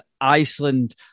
Iceland